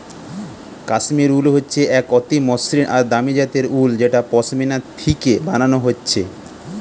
কাশ্মীর উল হচ্ছে এক অতি মসৃণ আর দামি জাতের উল যেটা পশমিনা থিকে বানানা হচ্ছে